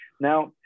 Now